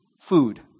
food